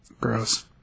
Gross